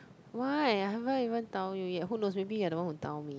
why I haven't even tell you yet who knows maybe you are the one who tell me